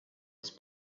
its